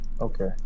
okay